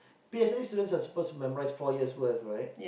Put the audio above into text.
P_S_L_E students are supposed to memorise four years worth right